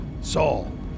Saul